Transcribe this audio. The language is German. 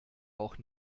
auch